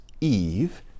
Eve